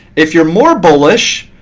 if you're more bullish,